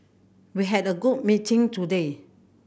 we had a good meeting today